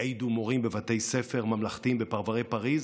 יעידו מורים בבתי ספר ממלכתיים בפרברי פריז